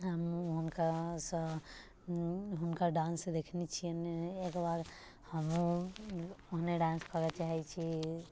हम हुनकासँ हुनकर डान्स देखने छिअनि एकबार हमहूँ ओहने डान्स करऽ चाहै छी